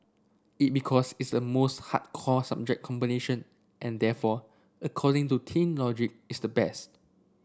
it because it's a most hardcore subject combination and therefore according to teen logic it's the best